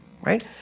right